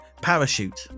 Parachute